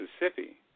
Mississippi